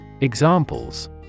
Examples